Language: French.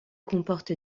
comporte